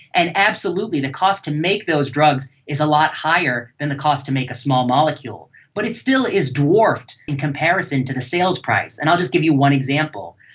and absolutely the cost to make those drugs is a lot higher than the cost to make a small molecule, but it still is dwarfed in comparison to the sales price. and i'll just to give you one example.